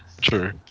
True